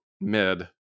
mid